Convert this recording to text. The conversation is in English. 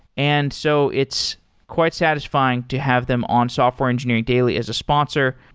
and so it's quite satisfying to have them on software engineering daily as a sponsor.